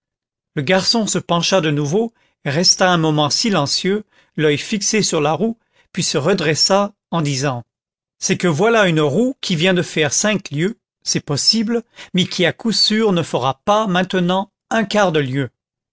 le garçon se pencha de nouveau resta un moment silencieux l'oeil fixé sur la roue puis se redressa en disant c'est que voilà une roue qui vient de faire cinq lieues c'est possible mais qui à coup sûr ne fera pas maintenant un quart de lieue